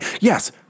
Yes